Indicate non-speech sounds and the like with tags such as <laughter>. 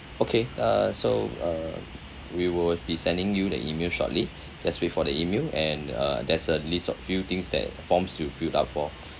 okay uh so uh we will be sending you the email shortly <breath> just wait for the email and uh there's a list of few things that forms to fill up for